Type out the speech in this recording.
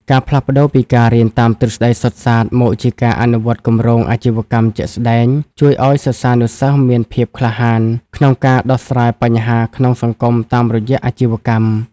ការផ្លាស់ប្តូរពីការរៀនតាមទ្រឹស្ដីសុទ្ធសាធ មកជាការអនុវត្តគម្រោងអាជីវកម្មជាក់ស្ដែង ជួយឱ្យសិស្សានុសិស្សមានភាពក្លាហានក្នុងការដោះស្រាយបញ្ហាក្នុងសង្គមតាមរយៈអាជីវកម្ម។